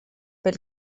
pel